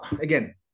again